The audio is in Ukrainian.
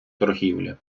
торгівлі